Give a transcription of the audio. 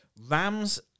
Rams